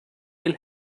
will